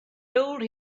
told